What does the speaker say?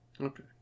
Okay